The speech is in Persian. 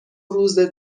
روزه